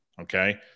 Okay